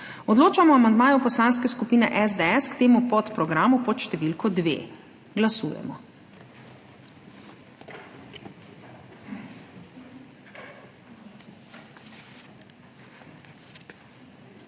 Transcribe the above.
Odločamo o amandmaju Poslanske skupine SDS k temu podprogramu pod številko 2. Glasujemo.